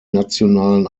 nationalen